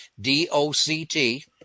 D-O-C-T